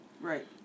Right